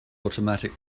automatic